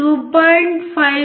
Vin 2